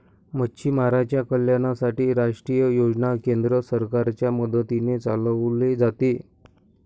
मच्छीमारांच्या कल्याणासाठी राष्ट्रीय योजना केंद्र सरकारच्या मदतीने चालवले जाते